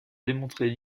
démontrer